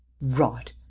rot!